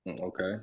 Okay